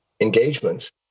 engagements